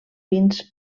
fins